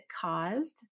caused